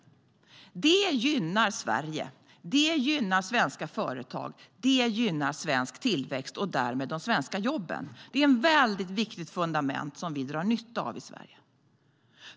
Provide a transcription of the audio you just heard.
Det gynnar Sverige. Det gynnar svenska företag och svensk tillväxt och därmed de svenska jobben. Det är ett väldigt viktigt fundament, som vi i Sverige drar nytta av.